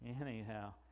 Anyhow